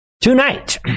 tonight